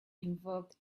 involved